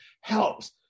helps